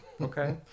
Okay